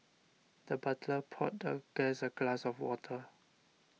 the butler poured the guest a glass of water